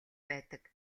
байдаг